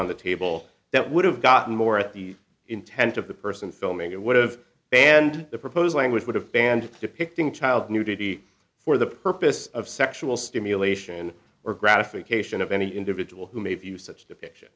on the table that would have gotten more at the intent of the person filming it would've banned the proposed language would have banned depicting child nudity for the purpose of sexual stimulation or gratification of any individual who may view such